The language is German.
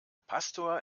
pastor